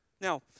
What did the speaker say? Now